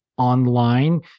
online